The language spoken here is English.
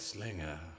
Slinger